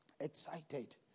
Excited